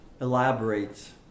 elaborates